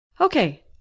Okay